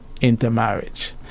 intermarriage